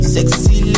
Sexy